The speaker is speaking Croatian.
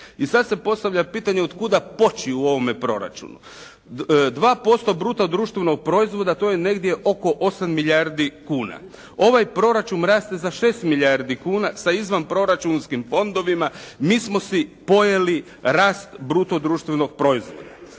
I sad se postavlja pitanje od kuda poći u ovome proračunu. 2% bruto društvenog proizvoda to je negdje oko 8 milijardi kuna. Ovaj proračun raste za 6 milijardi kuna, sa izvanproračunskim fondovima mi smo si pojeli rast bruto društvenog proizvoda.